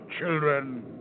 children